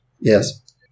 Yes